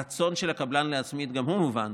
הרצון של הקבלן להצמיד גם הוא מובן,